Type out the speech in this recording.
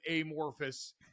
amorphous